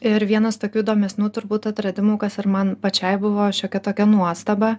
ir vienas tokių įdomesnių turbūt atradimų kas ir man pačiai buvo šiokia tokia nuostaba